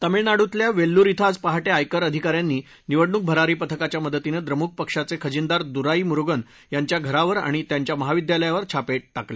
तामिळनाडूतल्या वेल्लूर इथं आज पहाटे आयकर अधिका यांनी निवडणूक भरारी पथकाच्या मदतीनं द्रमुक पक्षाचे खजिनदार दुराईमुरुगन यांच्या घरावर आणि त्यांच्या महाविद्यालयावर छापे टाकले